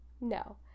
No